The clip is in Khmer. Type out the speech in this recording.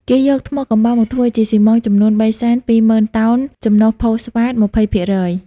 គេយកថ្មកំបោរមកធ្វើជាស៊ីម៉ង់ចំនួន ៣២០.០០០ តោន ចំនុះផូស្វាត ២០ភាគរយ។